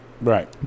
Right